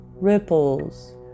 ripples